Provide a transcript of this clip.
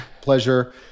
pleasure